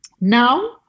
Now